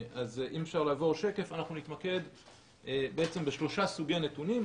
אנחנו נתמקד בשלושה סוגי נתונים,